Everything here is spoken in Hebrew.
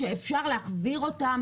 שאפשר להחזיר אותן